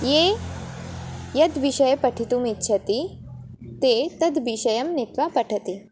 ये यत् विषयं पठितुम् इच्छन्ति ते तद् विषयं नीत्वा पठन्ति